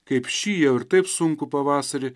kaip šį ir taip sunkų pavasarį